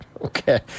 Okay